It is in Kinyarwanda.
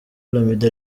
olomide